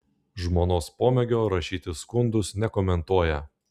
žmonos pomėgio rašyti skundus nekomentuoja